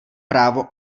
právo